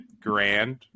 grand